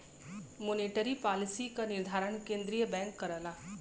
monetary policy क निर्धारण केंद्रीय बैंक करला